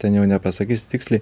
ten jau nepasakysiu tiksliai